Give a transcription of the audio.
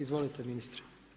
Izvolite, ministre.